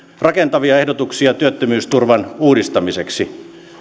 rakentavia ehdotuksia työttömyysturvan uudistamiseksi